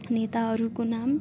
नेताहरूको नाम